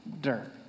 dirt